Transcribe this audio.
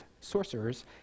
sorcerers